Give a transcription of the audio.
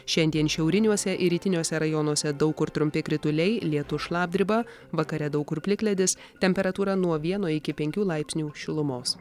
šiandien šiauriniuose ir rytiniuose rajonuose daug kur trumpi krituliai lietus šlapdriba vakare daug kur plikledis temperatūra nuo vieno iki penkių laipsnių šilumos